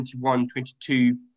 21-22